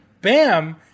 Bam